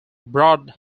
broad